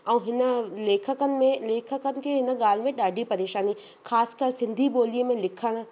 ऐं हिन लेखकनि में लेखकनि के हिन ॻाल्हि में ॾाढी परेशानी ईंदी आहे ख़ासि करे सिंधी ॿोलीअ में लिखण